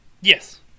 Yes